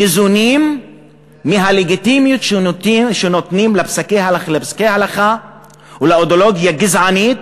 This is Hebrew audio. ניזונים מהלגיטימיות שנותנים לפסקי הלכה ולאידיאולוגיה גזענית